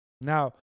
Now